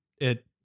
It-